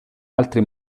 altri